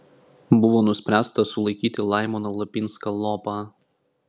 buvo nuspręsta sulaikyti laimoną lapinską lopą